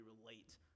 relate